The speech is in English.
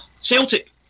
celtic